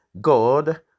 God